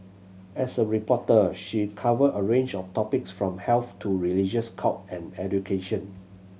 as a reporter she covered a range of topics from health to religious cults and education